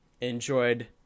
enjoyed